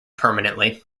permanently